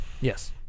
yes